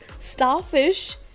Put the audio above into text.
starfish